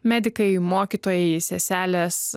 medikai mokytojai seselės